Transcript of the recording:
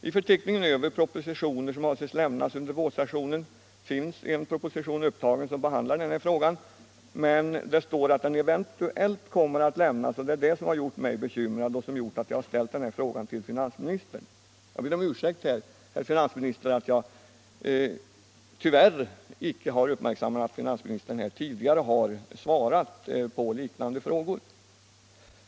I förteckningen över propositioner som avses lämnas under vårsessionen finns en proposition upptagen som behandlar den här saken, men det står att den ”eventuellt” kommer att lämnas, och det är det som har gjort mig bekymrad och som lett till att jag har ställt denna fråga till finansministern. Jag ber om ursäkt, herr finansminister, för att jag tyvärr icke har uppmärksammat att finansministern tidigare har svarat på liknande frågor.